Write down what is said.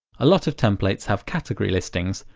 a lot of templates have category listings,